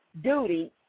duty